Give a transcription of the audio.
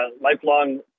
lifelong